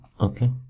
Okay